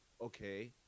okay